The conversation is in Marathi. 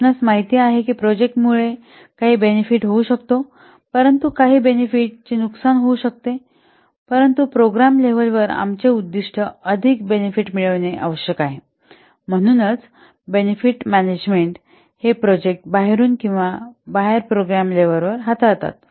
आपणास माहित आहे की काही प्रोजेक्ट मुळे काही बेनिफिट होऊ शकतो परंतु काही बेनिफिट चे नुकसान होऊ शकते परंतु प्रोग्राम लेव्हलवर आमचे उद्दीष्ट अधिक बेनिफिट मिळविणे आवश्यक आहे म्हणूनच बेनिफिट मॅनेजमेंट हे प्रोजेक्ट बाहेरून किंवा बाहेर प्रोग्राम लेव्हलवर हाताळतात